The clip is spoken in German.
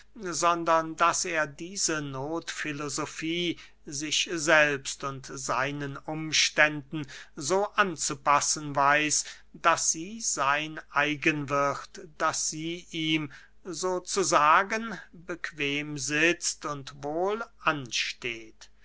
sondern daß er diese nothfilosofie sich selbst und seinen umständen so anzupassen weiß daß sie sein eigen wird daß sie ihm so zu sagen bequem sitzt und wohl ansteht